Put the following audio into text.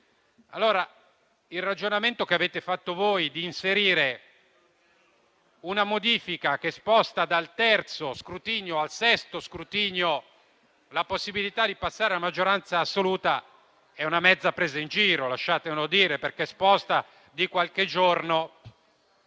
Allora, il ragionamento che avete fatto voi di inserire una modifica che sposta dal terzo al sesto scrutinio la possibilità di passare a maggioranza assoluta è una mezza presa in giro, lasciatemelo dire, perché sposta di qualche giorno